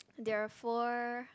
there are four